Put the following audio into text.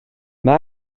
mae